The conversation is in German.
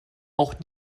auch